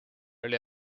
oli